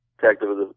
detective